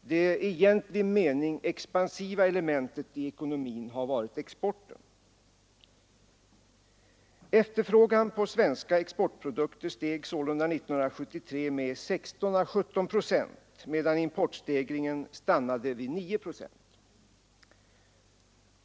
Det i egentlig mening expansiva elementet i ekonomin har varit exporten. Efterfrågan på svenska exportprodukter steg sålunda år 1973 med 16 å 17 procent, medan importstegringen stannade vid 9 procent.